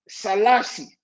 Salasi